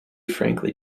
frankly